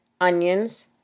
onions